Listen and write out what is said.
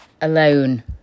alone